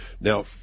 Now